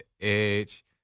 Edge